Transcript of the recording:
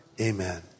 Amen